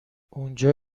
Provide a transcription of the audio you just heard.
اونجا